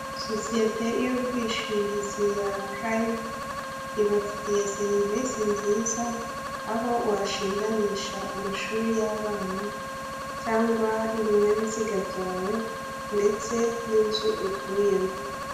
Sosiyete y'ubwishingizi ya prime, ibafitiye serivisi nziza aho washinganisha amashuri y'abana, cyangwa ibinyabiziga byawe, ndetse n'inzu utuyemo.